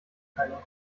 keiner